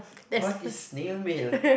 what is snail mail